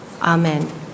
Amen